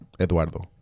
Eduardo